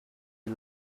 you